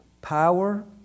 power